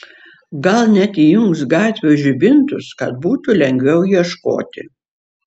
gal net įjungs gatvių žibintus kad būtų lengviau ieškoti